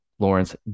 Lawrence